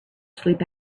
sleep